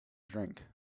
drink